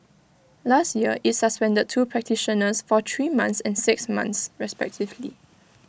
last year IT suspended two practitioners for three months and six months respectively